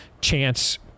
chance